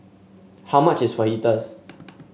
how much is Fajitas